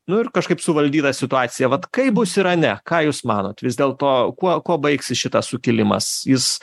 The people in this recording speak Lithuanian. nu ir kažkaip suvaldyta situacija vat kaip bus irane ką jūs manot vis dėlto kuo kuo baigsis šitas sukilimas jis